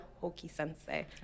Hoki-sensei